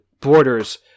borders